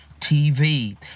TV